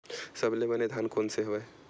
सबले बने धान कोन से हवय?